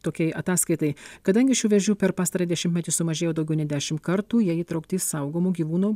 tokiai ataskaitai kadangi šių vėžių per pastarąjį dešimtmetį sumažėjo daugiau nei dešim kartų jie įtraukti į saugomų gyvūnų